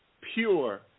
pure